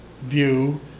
view